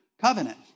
Covenant